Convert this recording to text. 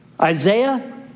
Isaiah